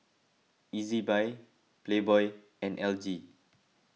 Ezbuy Playboy and L G